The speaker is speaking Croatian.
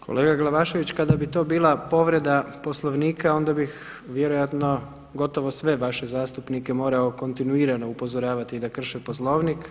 Kolega Glavašević kada bi to bila povreda Poslovnika onda bih vjerojatno gotovo sve vaše zastupnike morao kontinuirano upozoravati da krše Poslovnik.